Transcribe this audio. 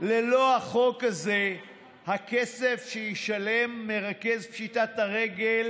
ללא החוק הזה הכסף שישלם מרכז פשיטת הרגל